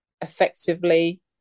effectively